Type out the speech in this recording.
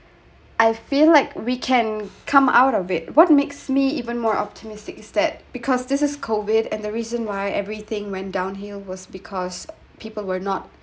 I feel like we can come out of it what makes me even more optimistic is that because this is COVID and the reason why everything went downhill was because people were not